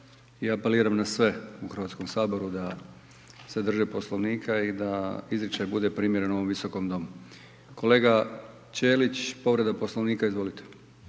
i apeliram na sve u HS-u da se drže Poslovnika i da izričaj bude primjeren ovom Visokom domu. Kolega Ćelić, povreda Poslovnika, izvolite.